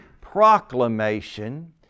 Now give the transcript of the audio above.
proclamation